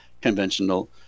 conventional